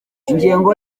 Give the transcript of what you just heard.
ingengo